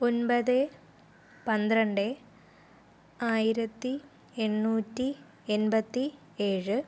ഒൻപത് പന്ത്രണ്ട് ആയിരത്തി എണ്ണൂറ്റി എൻപത്തി ഏഴ്